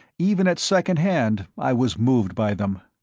even at secondhand i was moved by them.